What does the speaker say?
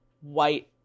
white